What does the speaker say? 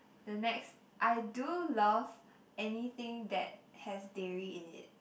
the next I do love anything that has dairy in it